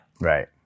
Right